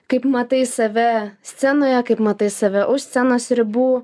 kaip matai save scenoje kaip matai save už scenos ribų